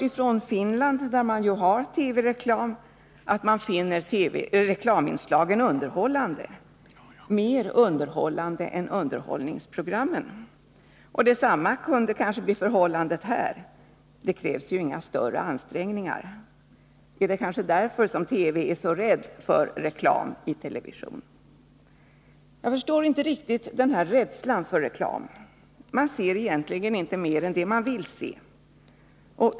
I Finland, där man har TV-reklam, lär man finna reklaminslagen underhållande, mer underhållande än underhållningsprogrammen. Detsamma kan kanske bli förhållandet här. Det krävs ju inga större ansträngningar. Är det kanske därför som TV är så rädd för reklam i television? Jag förstår inte riktigt den här rädslan för reklam. Man ser egentligen inte mer än det som man vill se.